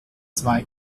zwei